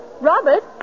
Robert